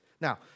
Now